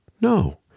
No